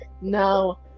no